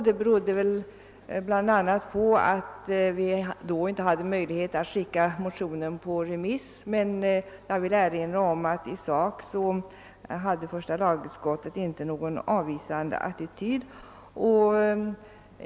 Detta berodde bl.a. på att vi den gången inte hade möjlighet att skicka ut motionen på remiss. Jag vill dock erinra om att första lagutskottet i sak inte intog någon avvisande attityd.